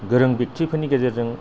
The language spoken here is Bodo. गोरों ब्यक्तिफोरनि गेजेरजों